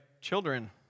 children